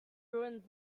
ruins